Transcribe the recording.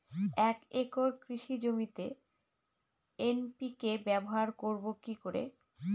এক একর কৃষি জমিতে এন.পি.কে ব্যবহার করব কি করে?